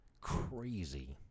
Crazy